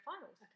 finals